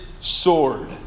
sword